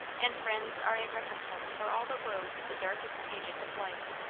and friends are a recompense for all the woes of the darkest pages of life.